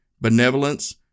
benevolence